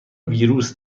ویروس